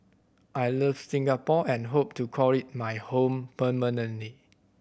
I love Singapore and hope to call it my home permanently